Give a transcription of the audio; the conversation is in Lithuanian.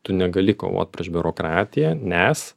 tu negali kovot prieš biurokratiją nes